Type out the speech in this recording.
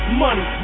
money